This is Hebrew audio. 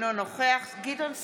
אינו נוכח גדעון סער,